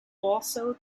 also